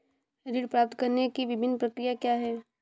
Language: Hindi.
ऋण प्राप्त करने की विभिन्न प्रक्रिया क्या हैं?